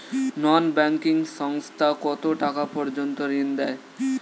নন banking সংস্থা কতটাকা পর্যন্ত ঋণ দেয়?